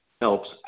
helps